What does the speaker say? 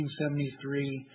1973